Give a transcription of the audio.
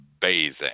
bathing